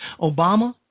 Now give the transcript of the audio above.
Obama